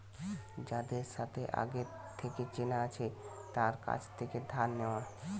যাদের সাথে আগে থেকে চেনা আছে তার কাছ থেকে ধার নেওয়া